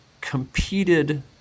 competed